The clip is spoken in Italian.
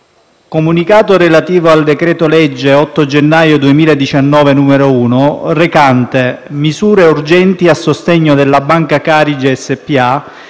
Comunicato relativo al decreto-legge 8 gennaio 2019, n. 1, recante: «Misure urgenti a sostegno della Banca Carige S.p.a.